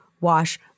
wash